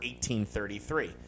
1833